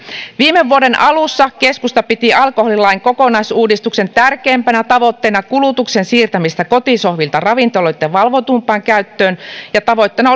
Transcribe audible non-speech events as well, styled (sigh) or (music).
viime vuoden alussa keskusta piti alkoholilain kokonaisuudistuksen tärkeimpänä tavoitteena kulutuksen siirtämistä kotisohvilta ravintoloitten valvotumpaan käyttöön ja tavoitteena (unintelligible)